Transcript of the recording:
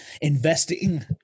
investing